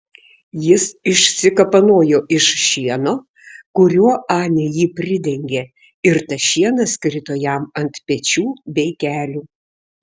jis išsikapanojo iš šieno kuriuo anė jį pridengė ir tas šienas krito jam ant pečių bei kelių